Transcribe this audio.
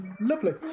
Lovely